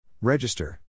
Register